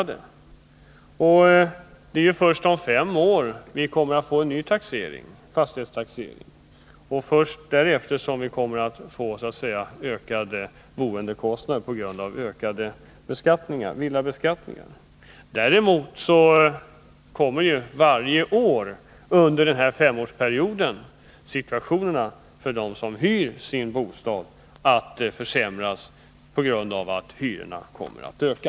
Det är ju inte förrän om fem år vi kommer att få en ny fastighetstaxering, så först därefter blir det fråga om högre boendekostnader på grund av en ökad villabeskattning. För dem som hyr sin bostad kommer däremot situationen att försämras för varje år under denna femårsperiod på grund av att hyrorna kommer att öka.